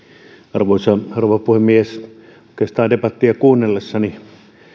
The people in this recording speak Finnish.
arvoisa rouva puhemies oikeastaan debattia kuunnellessani